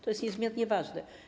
To jest niezmiernie ważne.